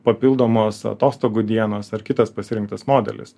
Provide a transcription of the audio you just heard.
papildomos atostogų dienos ar kitas pasirinktas modelis